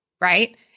right